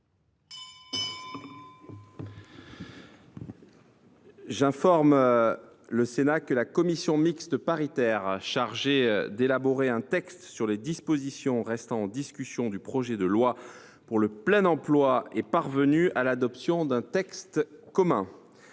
J’informe le Sénat que la commission mixte paritaire chargée d’élaborer un texte sur les dispositions restant en discussion du projet de loi pour le plein emploi est parvenue à l’adoption d’un texte commun.